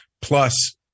plus